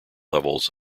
levels